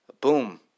boom